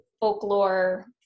folklore